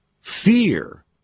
Fear